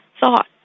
thought